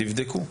תבדקו?